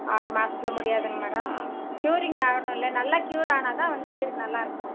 ஆறு மாதத்துல முடியாதுங்க மேடம் க்யூரிங் ஆகணும்ல நல்லா க்யூர் ஆனால் தான் வந்து வீடு நல்லாயிருக்கும்